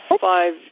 five